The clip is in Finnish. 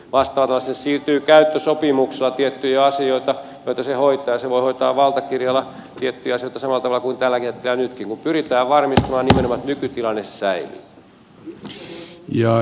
vastaavasti sille siirtyy käyttösopimuksella tiettyjä asioita joita se hoitaa ja se voi hoitaa valtakirjalla tiettyjä asioita samalla tavalla kuin tälläkin hetkellä mutta pyritään varmistamaan nimenomaan että nykytilanne säilyy